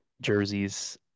jerseys